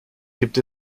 gibt